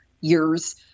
years